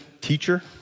teacher